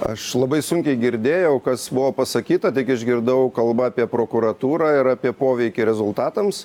aš labai sunkiai girdėjau kas buvo pasakyta tik išgirdau kalba apie prokuratūrą ir apie poveikį rezultatams